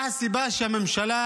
מה הסיבה שהממשלה